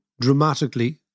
dramatically